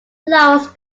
lowers